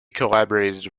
collaborated